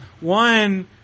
one